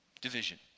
Division